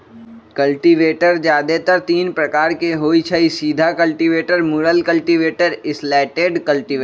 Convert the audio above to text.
cultivator जादेतर तीने प्रकार के होई छई, सीधा कल्टिवेटर, मुरल कल्टिवेटर, स्लैटेड कल्टिवेटर